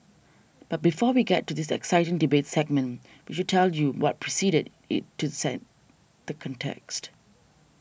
but before we get to this exciting debate segment we should tell you what preceded it to set the context